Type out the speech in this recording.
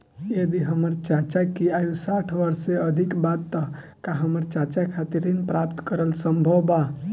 यदि हमर चाचा की आयु साठ वर्ष से अधिक बा त का हमर चाचा खातिर ऋण प्राप्त करल संभव बा